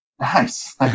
nice